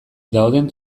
dauden